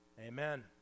Amen